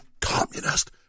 communist